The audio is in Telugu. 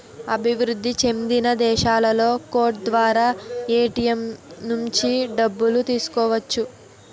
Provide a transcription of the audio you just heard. అభివృద్ధి చెందిన దేశాలలో కోడ్ ద్వారా ఏటీఎం నుంచి డబ్బులు తీసుకోవచ్చు